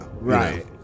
Right